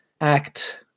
act